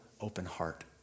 open-heart